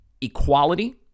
equality